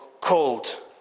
called